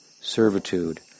servitude